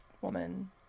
woman